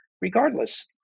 regardless